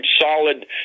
solid